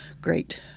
great